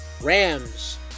Rams